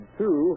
two